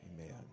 Amen